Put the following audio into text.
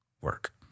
work